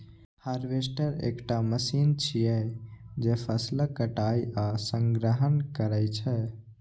harvester एकटा machine छियै, जे फसलक कटाइ आ संग्रहण करै छै